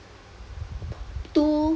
two